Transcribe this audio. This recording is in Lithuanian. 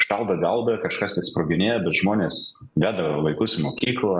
šaudo gaudo kažkas tai sproginėja bet žmonės veda vaikus į mokyklą